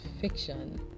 fiction